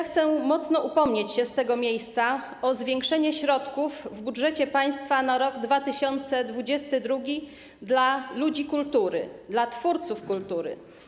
Chcę mocno upomnieć się z tego miejsca o zwiększenie środków w budżecie państwa na rok 2022 dla ludzi kultury, dla twórców kultury.